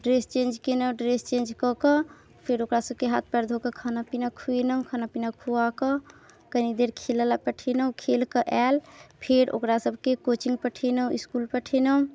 dress change केलहुँ dress change कऽकऽ फेर ओकरा सबके हाथ पयर धोकऽ खाना पीना खुवेलहुँ खाना पीना खुआकऽ कनी देर खेलै लऽ पठेलहुँ खेलकऽ आयल फेर ओकरा सबके कोचिंग पठेलहुँ इसकुल पठेलहुँ